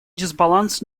дисбаланс